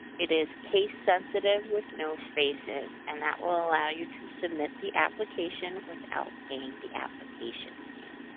it is case sensitive with no spaces, and that will allow you to submit the application without paying the application fee.